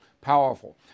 powerful